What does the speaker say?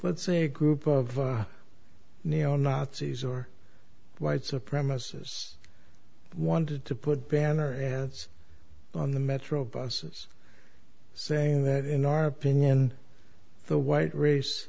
but say a group of neo nazis or white supremacists wanted to put banner ads on the metro buses saying that in our opinion the white race